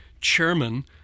chairman